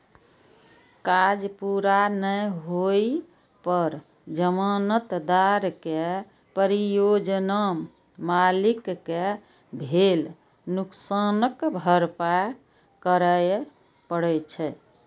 काज पूरा नै होइ पर जमानतदार कें परियोजना मालिक कें भेल नुकसानक भरपाइ करय पड़ै छै